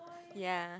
ya